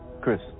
Chris